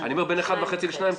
אני אומר בין אחד וחצי לשניים,